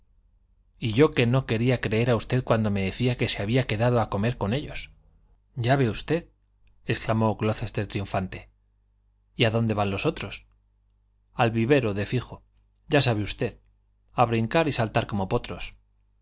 y yo que no quería creer a usted cuando me decía que se había quedado a comer con ellos ya ve usted exclamó glocester triunfante y a dónde van los otros al vivero de fijo ya sabe usted a brincar y saltar como potros